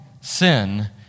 sin